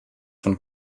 von